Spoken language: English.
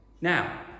Now